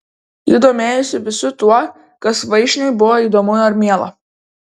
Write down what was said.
ji domėjosi visu tuo kas vaišniui buvo įdomu ar miela